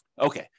Okay